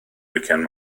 wicend